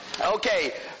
Okay